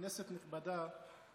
כנסת נכבדה,